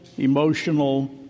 Emotional